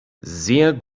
sehr